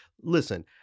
Listen